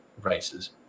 races